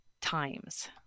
times